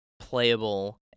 playable